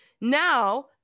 Now